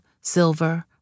silver